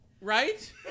right